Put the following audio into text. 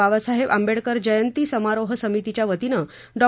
बाबासाहेब आंबेडकर जयंती समारोह समितीच्या वतीनं डॉ